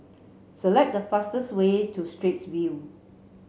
select the fastest way to Straits View